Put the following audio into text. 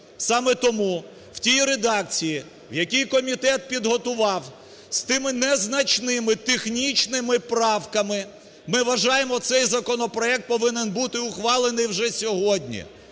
Саме тому в тій редакції, в якій комітет підготував з тими незначними технічними правками, ми вважаємо цей законопроект повинен бути ухвалений вже сьогодні.